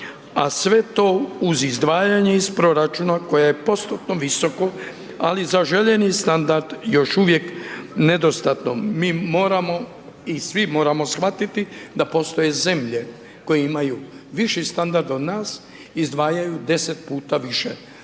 a sve to uz izdvajanje iz proračuna koje je postupno visoko, ali za željeni standard još uvijek nedostatno, mi moramo i svi moramo shvatiti da postoje zemlje koje imaju viši standard od nas i izdvajaju 10 puta više